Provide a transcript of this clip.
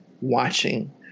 watching